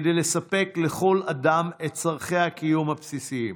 כדי לספק לכל אדם את צורכי הקיום הבסיסיים.